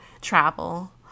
travel